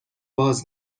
باز